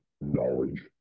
knowledge